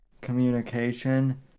communication